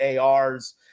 ARs